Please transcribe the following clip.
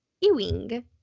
Ewing